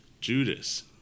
Judas